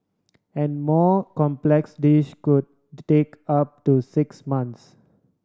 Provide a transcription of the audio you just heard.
a more complex dish could take up to six months